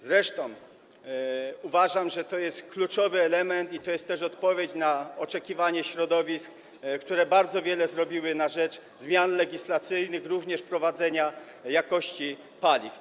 Zresztą uważam, że to jest kluczowy element i że to jest też odpowiedź na oczekiwanie środowisk, które bardzo wiele zrobiły na rzecz zmian legislacyjnych, również wprowadzenia regulacji dotyczących jakości paliw.